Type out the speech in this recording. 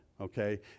okay